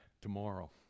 tomorrow